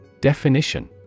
Definition